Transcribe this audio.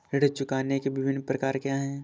ऋण चुकाने के विभिन्न प्रकार क्या हैं?